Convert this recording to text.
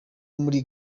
muri